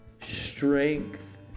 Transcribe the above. strength